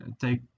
take